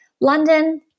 London